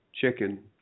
chicken